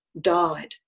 died